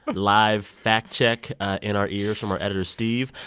live fact-check in our ears from our editor, steve.